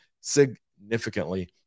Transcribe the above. significantly